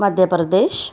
Madhya Pradesh